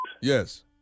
Yes